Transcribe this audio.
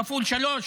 כפול שלוש,